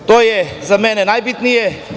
To je za mene najbitnije.